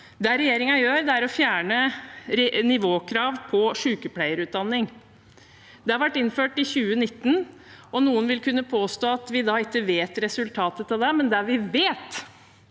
Det regjeringen gjør, er å fjerne nivåkrav på sykepleierutdanningen. Det ble innført i 2019, og noen vil påstå at vi ikke vet resultatet av det, men det vi vet,